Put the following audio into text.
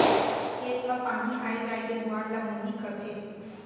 खेत म पानी आय जाय के दुवार ल मुंही कथें